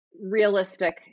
realistic